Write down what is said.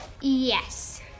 Yes